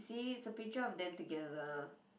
see it's a picture of them together